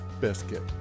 Biscuit